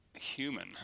human